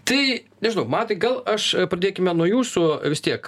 tai nežinau matai gal aš pradėkime nuo jūsų vis tiek